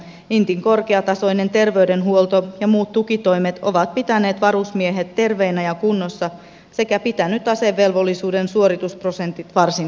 intin korkeatasoinen terveydenhuolto ja muut tukitoimet ovat pitäneet varusmiehet terveinä ja kunnossa sekä pitäneet asevelvollisuuden suoritusprosentit varsin hyvinä